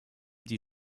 die